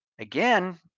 Again